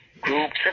groups